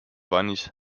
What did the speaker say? bunnies